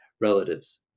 relatives